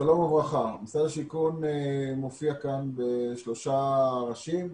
משרד השיכון מופיע כאן בשלושה ראשים.